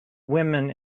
women